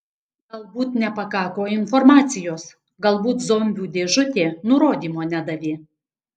galbūt nepakako informacijos galbūt zombių dėžutė nurodymo nedavė